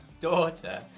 daughter